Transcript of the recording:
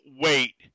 wait